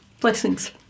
Blessings